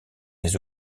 les